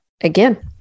again